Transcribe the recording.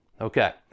Okay